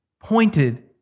pointed